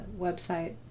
website